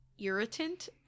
Irritant